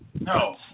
No